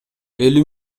элүү